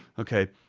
okay.